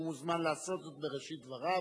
הוא מוזמן לעשות זאת בראשית דבריו.